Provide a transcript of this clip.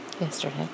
Yesterday